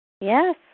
Yes